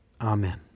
Amen